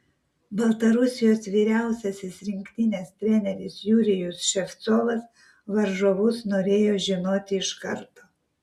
baltarusijos vyriausiasis rinktinės treneris jurijus ševcovas varžovus norėjo žinoti iš karto